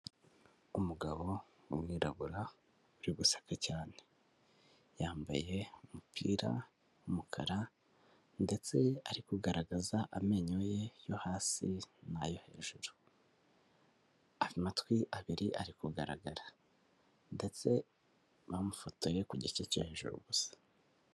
Umugabo w'umwirabura uri guseka cyane yambaye umupira umukara ndetse ari kugaragaza amenyo ye yo hasi'ayo hejuru amatwi abiri ari kugaragara ndetse bamufotoye ku gice cyo hejuru ubusa.